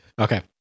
Okay